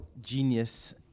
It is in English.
genius